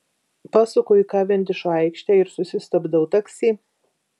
pasuku į kavendišo aikštę ir susistabdau taksi